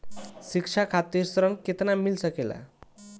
शिक्षा खातिर ऋण केतना मिल सकेला?